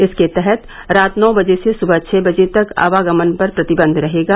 इसके तहत रात नौ बजे से सुबह छ बजे तक आवागमन पर प्रतिबंध रहेगा